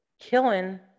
killing